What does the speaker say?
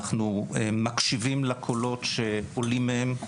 אנחנו מקשיבים לקולות שעולים מהם.